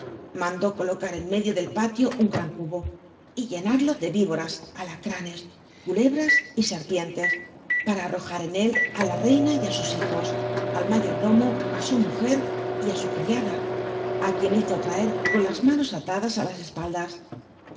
mandó colocat en medio clel palio un gran cubo y llenarlo de víboras alacranes culebras y setpientes para arrojar en él t la reina y á sus hijos al mayordomo á su mujer y ú su criada á quienes hizo traer con las manos atadas á las espaldas